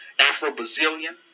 Afro-Brazilian